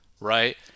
right